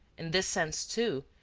in this sense, too,